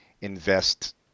invest